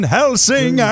Helsing